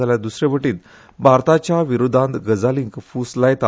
जाल्यार दुसरे वटेन भारत विरोधी गजालींक फूस लायता